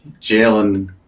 Jalen